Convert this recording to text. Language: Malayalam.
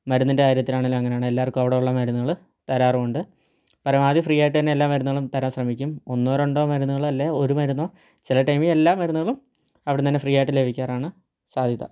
മരുന്നിൻ്റെ കാര്യത്തിനാണെങ്കിലും അങ്ങനെയാണ് എല്ലാവർക്കും അവിടുളള മരുന്നുകൾ തരാറുണ്ട് പരമാവധി ഫ്രീയായിട്ടന്നെ എല്ലാ മരുന്നുകളും തരാൻ ശ്രമിക്കും ഒന്നോ രണ്ടോ മരുന്നുകളല്ലേൽ ഒരു മരുന്നോ ചില ടൈമി എല്ലാ മരുന്നുകളും അവിടെന്നു തന്നെ ഫ്രീയായിട്ട് ലഭിക്കാറാണ് സാധ്യത